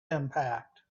impact